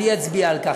אצביע על כך.